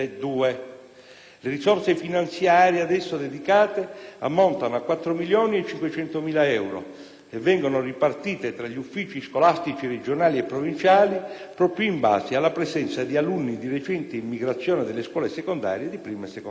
Le risorse finanziarie ad esso dedicate ammontano a 4.500.000 euro e vengono ripartite tra gli uffici scolastici regionali e provinciali proprio in base alla presenza di alunni di recente immigrazione delle scuole secondarie di primo e secondo grado.